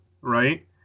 right